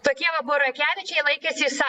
tokie va burokevičiai laikėsi sa